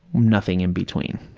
nothing in between.